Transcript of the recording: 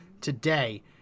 today